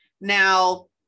now